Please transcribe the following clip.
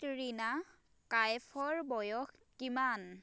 Katrina কাঈফৰ বয়স কিমান